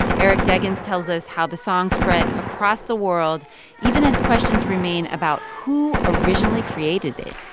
eric deggans tells us how the song spread across the world even as questions remain about who originally created it